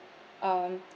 um